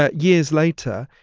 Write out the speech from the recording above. ah years later,